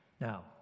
Now